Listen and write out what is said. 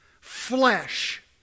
Flesh